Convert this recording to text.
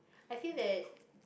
I feel that